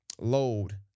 load